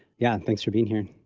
yeah thanks for being here.